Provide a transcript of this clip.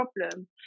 problem